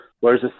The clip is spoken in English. Whereas